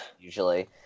usually